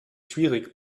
schwierig